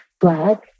black